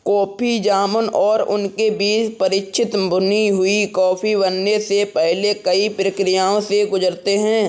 coffee जामुन और उनके बीज परिचित भुनी हुई कॉफी बनने से पहले कई प्रक्रियाओं से गुजरते हैं